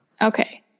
Okay